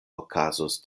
okazos